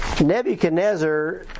nebuchadnezzar